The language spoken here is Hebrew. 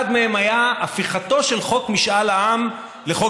אחד מהם היה הפיכתו של חוק משאל עם לחוק-יסוד.